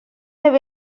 have